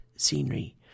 scenery